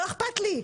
לא אכפת לי,